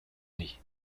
unis